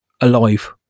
alive